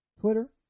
Twitter